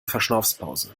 verschnaufpause